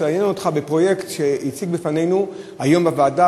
לעניין אותך בפרויקט שהציג בפנינו היום בוועדה